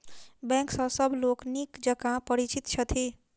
bank सॅ सभ लोक नीक जकाँ परिचित छथि